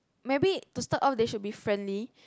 maybe to start off they should be friendly